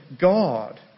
God